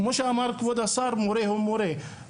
כמו שאמר כבוד השר, מורה הוא מורה.